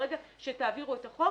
ברגע שתעבירו את החוק